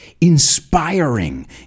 inspiring